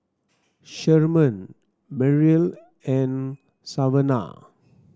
Sherman Merrill and Savanah